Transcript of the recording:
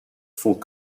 sont